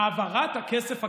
העברת הכסף הקטארי.